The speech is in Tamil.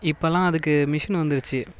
இப்பெல்லாம் அதுக்கு மிஷின் வந்துடுச்சு